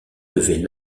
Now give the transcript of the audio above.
devait